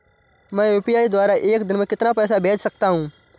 मैं यू.पी.आई द्वारा एक दिन में कितना पैसा भेज सकता हूँ?